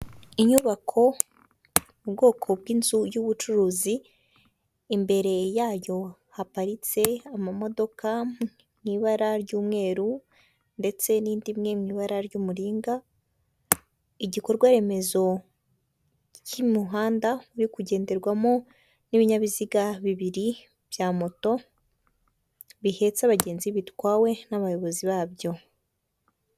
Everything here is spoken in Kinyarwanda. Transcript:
Inyubako ubwoko bw'inzu y'ubucuruzi imbere yayo haparitse amamodoka mu ibara ry'umweru ndetse n'indi imwe mu ibara ry'umuringa, igikorwaremezo cy'umuhanda uri kugenderwamo n'ibinyabiziga bibiri bya moto bihetse abagenzi bitwawe n'abayobozi babyo.